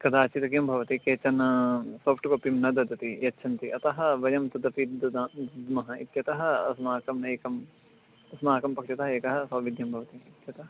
कदाचित् किं भवति केचन साफ़्ट् कपिं न ददाति यच्छन्ति अतः वयं तदपि ददां दद्मः इत्यतः अस्माकम् एकम् अस्माकं पक्षतः एकः सौविद्ध्यं भवति तदा